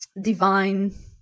divine